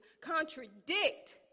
contradict